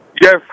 Yes